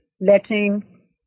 letting